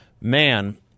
man